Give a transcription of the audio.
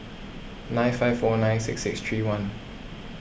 nine five four nine six six three one